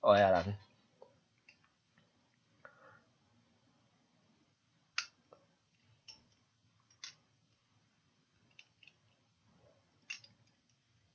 oh ya lah